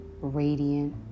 radiant